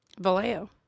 Vallejo